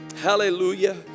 Hallelujah